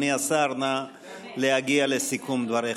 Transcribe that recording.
אדוני השר, נא להגיע לסיכום דבריך.